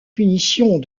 punitions